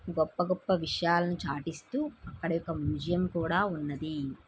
గొప్ప గొప్ప విషయాలను చాటిస్తూ అక్కడ యొక్క మ్యూజియం కూడా ఉన్నాది